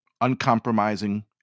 uncompromising